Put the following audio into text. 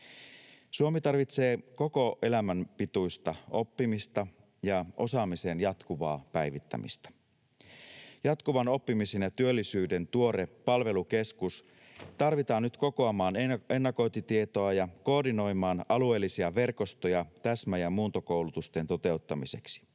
Suomi tarvitsee koko elämän pituista oppimista ja osaamisen jatkuvaa päivittämistä. Jatkuvan oppimisen ja työllisyyden tuore palvelukeskus tarvitaan nyt kokoamaan ennakointitietoa ja koordinoimaan alueellisia verkostoja täsmä- ja muuntokoulutusten toteuttamiseksi.